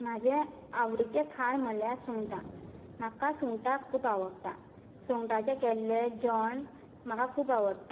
म्हाजे आवडीचें खाण म्हणल्यार सुंगटां म्हाका सुंगटां खूब आवडटा सुंगटांचे केल्ले जेवण म्हाका खूब आवडटा